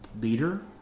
leader